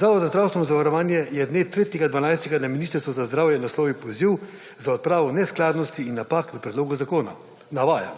Zavod za zdravstveno zavarovanje je dne 3. 12. na Ministrstvo za zdravje naslovil poziv za odpravo neskladnosti in napak v predlogu zakona. Navajam: